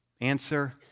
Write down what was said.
Answer